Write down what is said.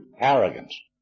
arrogance